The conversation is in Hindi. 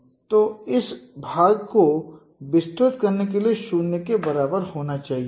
उन्हें इस भाग को विस्तृत करने के लिए 0 के बराबर होना चाहिए